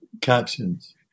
captions